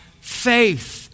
faith